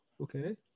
okay